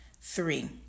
three